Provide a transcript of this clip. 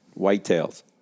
whitetails